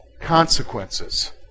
Consequences